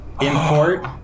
import